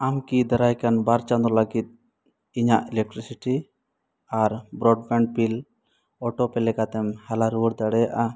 ᱟᱢᱠᱤ ᱫᱟᱨᱟᱭ ᱠᱟᱱ ᱵᱟᱨ ᱪᱟᱸᱫᱚ ᱞᱟᱹᱜᱤᱫ ᱤᱧᱟᱹᱜ ᱤᱞᱮᱠᱴᱨᱤᱥᱤᱴᱤ ᱟᱨ ᱵᱨᱚᱰᱵᱮᱸᱰ ᱵᱤᱞ ᱚᱴᱳᱯᱮ ᱞᱮᱠᱟᱛᱮᱢ ᱦᱟᱞᱟ ᱨᱩᱣᱟᱹᱲ ᱫᱟᱲᱮᱭᱟᱜᱼᱟ